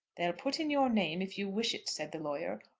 they'll put in your name if you wish it, said the lawyer,